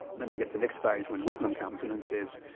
then we get the next phase when whitlam comes in and says,